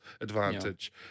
advantage